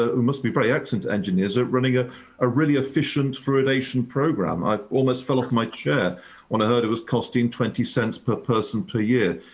ah you must be very excellent engineers running ah a really efficient fluoridation program. i almost fell off my chair when i heard it was costing twenty cents per person per year.